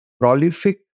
prolific